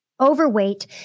overweight